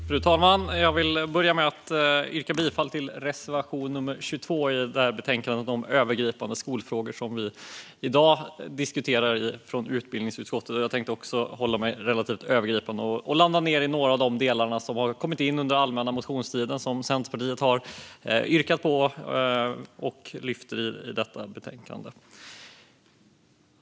Fru talman! Jag vill börja med att yrka bifall till reservation 22 i det betänkande om övergripande skolfrågor som vi i dag debatterar. Jag tänkte också hålla mig till det övergripande och ta upp några frågor från allmänna motionstiden som vi i Centerpartiet har lyft fram.